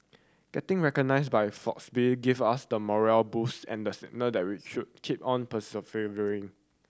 getting recognised by Forbes give us the morale boost and the signal that we should keep on persevering